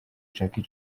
jackie